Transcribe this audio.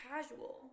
casual